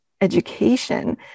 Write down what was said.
education